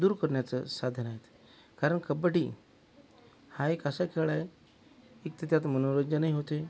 दूर करण्याचं साधन आहे कारण कबड्डी हा एक असा खेळ आहे की त त्याच्यात मनोरंजनही होते